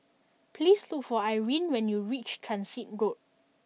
please look for Irine when you reach Transit Road